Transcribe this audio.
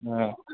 ആ